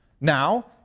Now